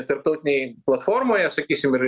tarptautinėj platformoje sakysim ir